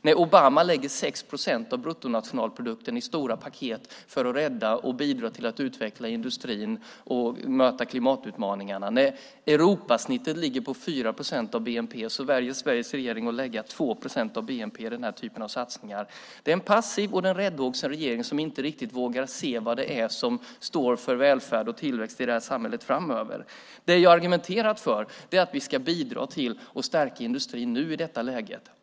När Obama lägger 6 procent av bruttonationalprodukten i stora paket för att rädda och bidra till att utveckla industrin och möta klimatutmaningarna och när Europasnittet ligger på 4 procent av bnp, då väljer Sveriges regering att lägga 2 procent av bnp på den här typen av satsningar. Det är en passiv och räddhågsen regering som inte riktigt vågar se vad det är som står för välfärd och tillväxt i det här samhället framöver. Det jag har argumenterat för är att vi ska bidra till och stärka industrin nu i detta läge.